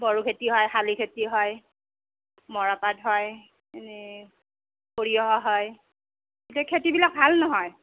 বড়ো খেতি হয় শালি খেতি হয় মৰাপাট হয় এনেই সৰিয়হো হয় এতিয়া খেতিবিলাক ভাল নহয়